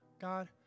God